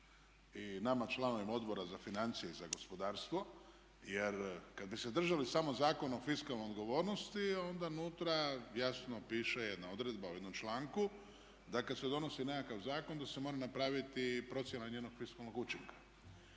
I nama članovima Odbora za financije i za gospodarstvo. Jer kada bi se držali samo Zakona o fiskalnoj odgovornosti onda unutra jasno piše jedna odredba u jednom članku da kada se donosi nekakav zakon da se mora napraviti i procjena njegovog fiskalnog učinka.